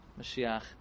Mashiach